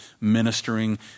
ministering